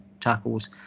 tackles